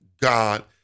God